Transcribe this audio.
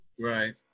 right